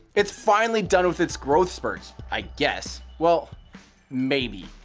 it's finally done with its growth spurts i guess. well maybe,